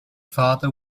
father